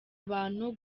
abantu